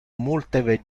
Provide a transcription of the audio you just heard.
multe